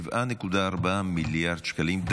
7.4 מיליארד שקלים,